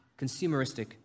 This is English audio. consumeristic